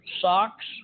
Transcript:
socks